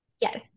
Yes